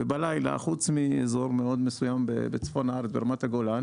בלילה, חוץ מאזור מאוד מסוים ברמת הגולן